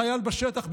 כעת יישאו דברים הנשיא,